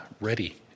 ready